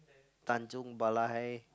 Tanjung Balai